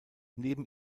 neben